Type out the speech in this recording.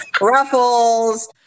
Ruffles